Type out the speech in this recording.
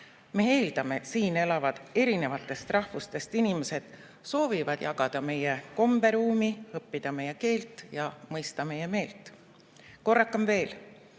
Me eeldame, et siin elavad erinevatest rahvustest inimesed soovivad jagada meie komberuumi, õppida meie keelt ja mõista meie meelt. Korrakem veel: